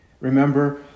Remember